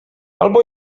albo